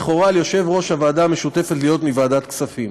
לכאורה על יושב-ראש הוועדה המשותפת להיות מוועדת כספים.